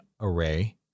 Array